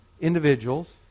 individuals